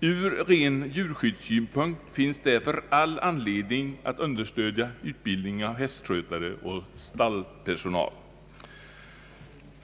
Ur ren djurskyddssynpunkt finns därför all anledning att understödja utbildningen av hästskötare och stallpersonal.